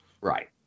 Right